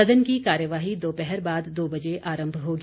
सदन की कार्यवाही दोपहर बाद दो बजे आरम्भ होगी